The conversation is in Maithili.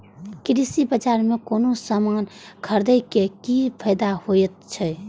कृषि बाजार में कोनो सामान खरीदे के कि फायदा होयत छै?